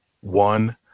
one